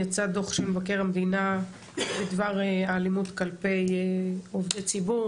יצא דו"ח של מבקר המדינה בדבר האלימות כלפי עובדי ציבור,